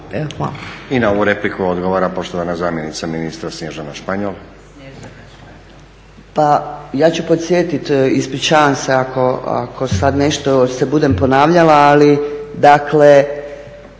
I na ovu repliku odgovara poštovana zamjenica ministra Snježana Španjol. **Španjol, Snježana** Pa ja ću podsjetiti, ispričavam se ako se budem ponavljala ali mjere